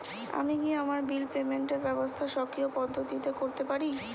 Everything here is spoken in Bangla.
আমি কি আমার বিল পেমেন্টের ব্যবস্থা স্বকীয় পদ্ধতিতে করতে পারি?